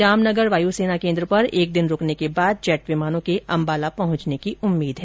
जामनगर वायु सेना केन्द्र पर एक दिन रूकने के बाद जेट विमानों के अंबाला पहुंचने की उम्मीद है